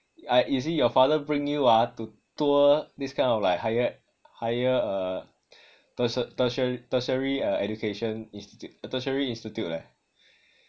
you see ah your father bring you ah to tour this kind of like higher higher uh tertia~ tertia~ tertiary uh education institute uh tertiary institute leh